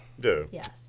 Yes